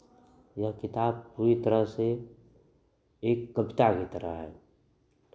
यह किताब पूरी तरह से एक कविता की तरह है